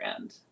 end